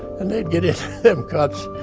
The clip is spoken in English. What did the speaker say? and they'd get in them cuts,